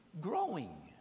growing